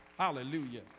Hallelujah